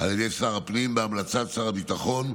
על ידי שר הפנים, בהמלצת שר הביטחון.